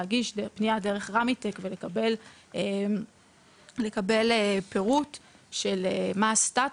להגיש פנייה דרך רמיטק ולקבל פירוט של מה הסטטוס,